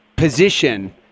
position